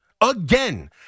again